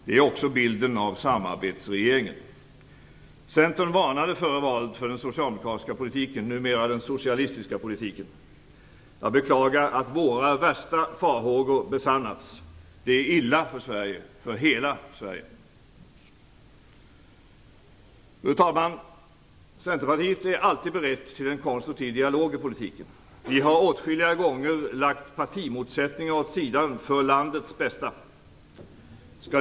Det är också bilden av samarbetsregeringen. Centern varnade före valet för den socialdemokratiska politiken, numera den socialistiska politiken. Jag beklagar att våra värsta farhågor har besannats. Det är illa för Sverige - för hela Sverige. Fru talman! Centerpartiet är alltid berett att föra en konstruktiv dialog i politiken. Vi har åtskilliga gånger lagt partimotsättningar åt sidan för landets bästa.